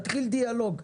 מתחיל דיאלוג,